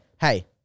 Hey